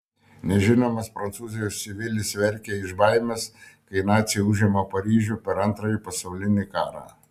nežinomas prancūzijos civilis verkia iš baimės kai naciai užima paryžių per antrąjį pasaulinį karą